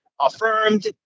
affirmed